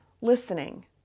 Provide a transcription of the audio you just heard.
listening